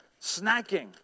snacking